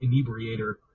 inebriator